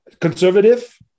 conservative